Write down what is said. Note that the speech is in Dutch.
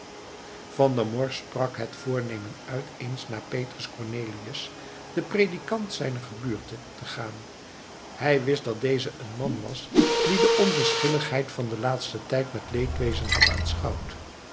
van der morsch sprak het voornemen uit eens naar petrus cornelius den predikant zijner gebuurte te gaan hij wist dat deze een man was die de onverschilligheid van den laatsten tijd met leedwezen had